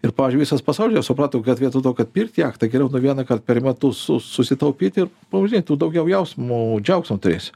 ir pavyzdžiui visas pasaulis suprato kad vietoj to kad pirkt jachtą geriau nu vienąkart per metus su susitaupyti pavažinėt tu daugiau jausmo džiaugsmo turėsi